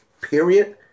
Period